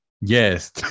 Yes